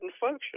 function